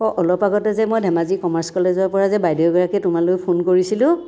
অঁ অলপ আগতে যে মই ধেমাজি কমাৰ্চ কলেজৰ পৰা যে বাইদেউ এগৰাকীয়ে তোমালৈ ফোন কৰিছিলোঁ